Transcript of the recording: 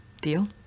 Deal